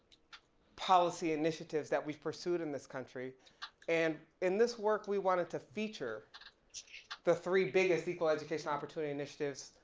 policy initiatives that we've pursued in this country and in this work we wanted to feature the three biggest equal education opportunity initiatives.